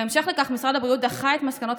בהמשך לכך משרד הבריאות דחה את מסקנות